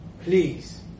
Please